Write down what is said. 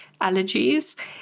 allergies